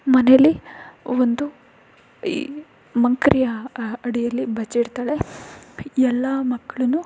ಮನೆಲ್ಲಿ ಒಂದು ಈ ಮಂಕರಿಯ ಅಡಿಯಲ್ಲಿ ಬಚ್ಚಿಡ್ತಾಳೆ ಎಲ್ಲ ಮಕ್ಳನ್ನೂ